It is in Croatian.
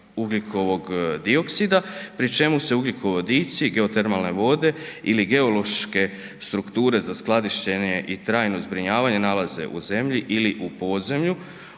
ugljikovog dioksida pri čemu se ugljikovodici, geotermalne vode ili geološke strukture za skladištenje i trajno zbrinjavanje nalaze u zemlji ili u podzemlju